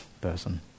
person